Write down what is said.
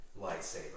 lightsaber